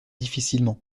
difficilement